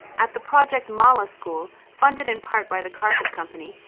at the project mala school, funded in part by the carpet company,